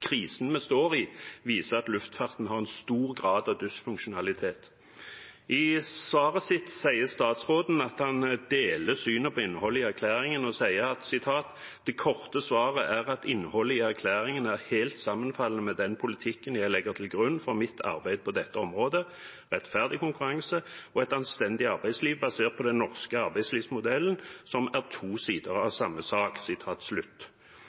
krisen vi står i, viser at luftfarten har en stor grad av dysfunksjonalitet. I svaret skriver statsråden at han deler synet på innholdet i erklæringen: «Det korte svaret er at innholdet i erklæringen er helt sammenfallende med den politikken jeg legger til grunn for mitt arbeid på dette området: Rettferdig konkurranse og et anstendig arbeidsliv basert på den norske arbeidslivsmodellen er to sider av samme sak.»